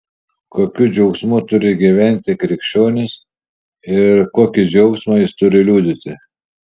kokiu džiaugsmu turi gyventi krikščionis ir kokį džiaugsmą jis turi liudyti